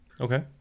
Okay